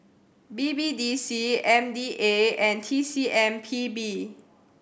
B B D C M D A and T C M P B